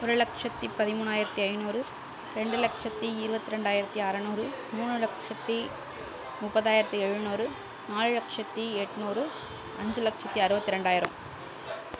ஒரு லட்சத்து பதிமூனாயிரத்து ஐநூறு ரெண்டு லட்சத்து இருபத்ரெண்டாயிரத்தி அறநூறு மூனு லட்சத்து முப்பதாயிரத்து எழுநூறு நாலு லட்சத்து எட்நூறு அஞ்சு லட்சத்து அறுபத்ரெண்டாயிரம்